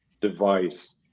device